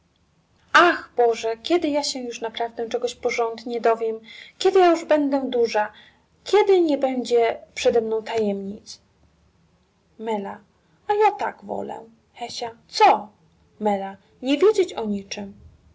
boże kiedy ja się już naprawdę czegoś porządnie dowiem kiedy ja już będę duża kiedy nie będzie przedemną tajemnic a ja tak wolę co nie wiedzieć o niczem